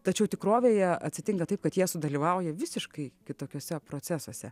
tačiau tikrovėje atsitinka taip kad jie sudalyvauja visiškai kitokiuose procesuose